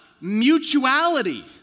Mutuality